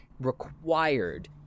required